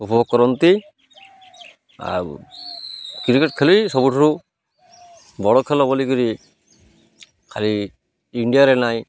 ଉପଭୋଗ କରନ୍ତି ଆଉ କ୍ରିକେଟ୍ ଖେଳି ସବୁଠାରୁ ବଡ଼ ଖେଳ ବୋଲିକିରି ଖାଲି ଇଣ୍ଡିଆରେ ନାଇଁ